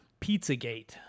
Pizzagate